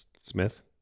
Smith